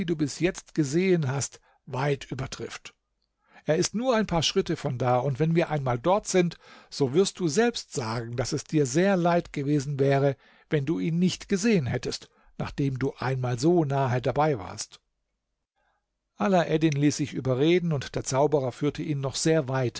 du bis jetzt gesehen hast weit übertrifft er ist nur ein paar schritte von da und wenn wir einmal dort sind so wirst du selbst sagen daß es dir sehr leid gewesen wäre wenn du ihn nicht gesehen hättest nachdem du einmal so nahe dabei warst alaeddin ließ sich überreden und der zauberer führte ihn noch sehr weit